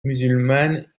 musulmane